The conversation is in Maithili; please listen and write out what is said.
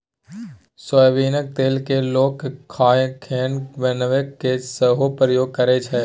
सोयाबीनक तेल केँ लोक खेनाए बनेबाक मे सेहो प्रयोग करै छै